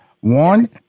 One